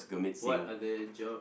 what other jobs